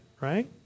right